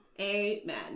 Amen